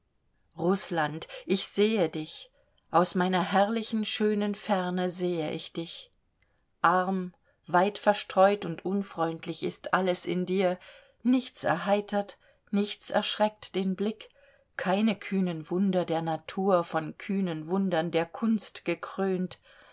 rußland ich sehe dich aus meiner herrlichen schönen ferne sehe ich dich arm weit verstreut und unfreundlich ist alles in dir nichts erheitert nichts erschreckt den blick keine kühnen wunder der natur von kühnen wundern der kunst gekrönt